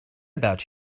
about